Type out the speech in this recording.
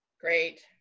Great